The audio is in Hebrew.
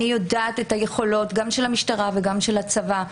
אני יודעת את היכולות גם של המשטרה וגם של הצבא,